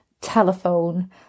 telephone